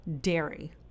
dairy